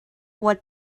what